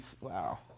Wow